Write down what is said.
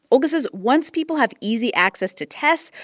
olga says once people have easy access to tests,